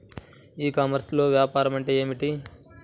ఈ కామర్స్లో వ్యాపారం అంటే ఏమిటి?